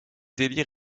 délires